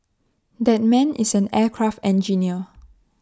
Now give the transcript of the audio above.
that man is an aircraft engineer